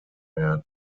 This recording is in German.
werden